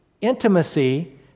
intimacy